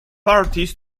parties